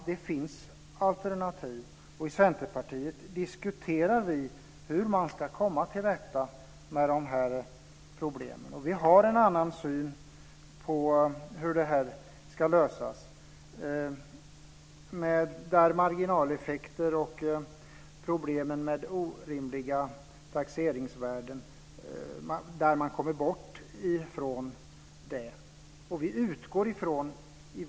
Det finns alternativ. I Centerpartiet diskuterar vi hur man ska komma till rätta med problemen. Vi har en annan syn på hur detta ska lösas och där man kommer bort från problemen med marginaleffekter och orimliga taxeringsvärden.